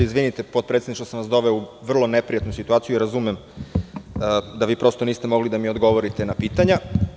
Izvinite potpredsedniče što sam vas doveo u vrlo neprijatnu situaciju i razumem da vi niste mogli da mi odgovorite na pitanja.